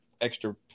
extra